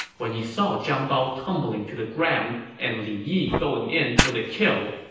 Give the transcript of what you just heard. when he saw zhang bao tumbling to the ground and li yi going in for the kill,